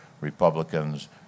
Republicans